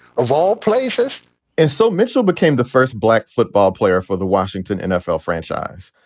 of all places and so mitchell became the first black football player for the washington nfl franchise.